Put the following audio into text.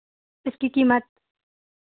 इसकी कीमत